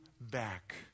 back